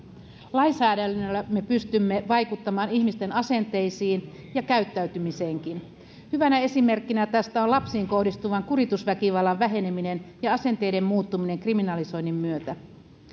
lainsäädännöllä me pystymme vaikuttamaan ihmisten asenteisiin ja käyttäytymiseenkin hyvänä esimerkkinä tästä on lapsiin kohdistuvan kuritusväkivallan väheneminen ja asenteiden muuttuminen kriminalisoinnin myötä